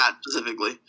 specifically